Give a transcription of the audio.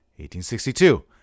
1862